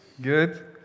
Good